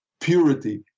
purity